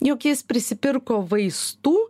jog jis prisipirko vaistų